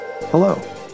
hello